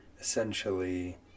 essentially